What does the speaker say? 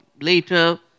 later